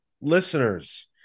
listeners